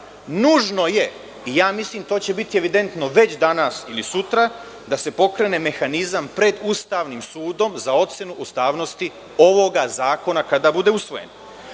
nužno je i mislim da će to biti evidentno već danas ili sutra, da se pokrene mehanizam pred Ustavnim sudom za ocenu ustavnosti ovog zakona kada bude usvojen. Moje